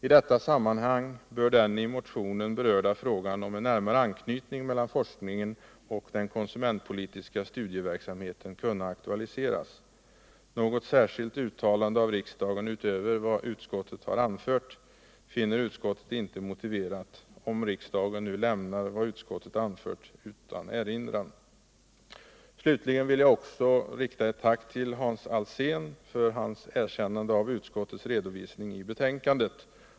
I detta sammanhang bör den i motionen berörda frågan om en närmare anknytning mellan forskningen och den konsumentpolitiska studieverksamheten kunna aktualiseras. Något särskilt uttalande av riksdagen utöver vad utskottet anfört finner utskottet inte motiverat, om riksdagen nu lämnar vad utskottet anfört utan erinran. Slutligen vill jag också rikta ett tack till Hans Alsén för hans erkännande av utskottets redovisning i betänkandet.